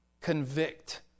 Convict